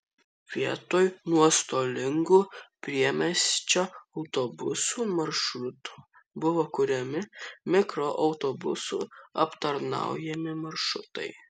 vietoj nuostolingų priemiesčio autobusų maršrutų buvo kuriami mikroautobusų aptarnaujami maršrutai